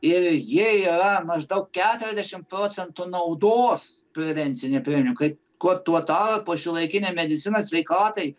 ir jei yra maždaug keturiasdešimt procentų naudos prevencinių priemonių kai kuo tuo tarpu šiuolaikinė medicina sveikatai